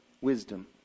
wisdom